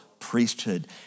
Priesthood